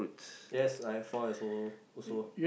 yes I have four also also